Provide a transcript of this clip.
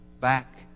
back